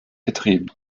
betrieben